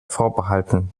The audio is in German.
vorbehalten